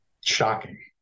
shocking